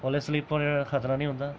ओल्लै स्लिप होने दा खतरा निं होंदा